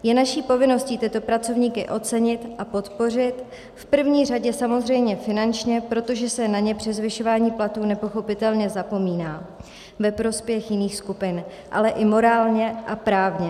Je naší povinností tyto pracovníky ocenit a podpořit, v první řadě samozřejmě finančně, protože se na ně při zvyšování platů nepochopitelně zapomíná ve prospěch jiných skupin, ale i morálně a právně.